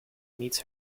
meets